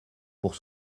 pour